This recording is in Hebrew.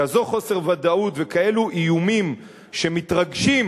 כזה חוסר ודאות וכאלה איומים שמתרגשים.